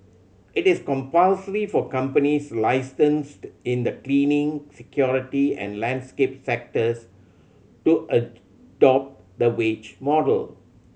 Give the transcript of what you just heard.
it is compulsory for companies licensed in the cleaning security and landscape sectors to adopt the wage model